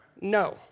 No